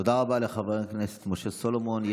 תודה רבה לחבר הכנסת משה סולומון.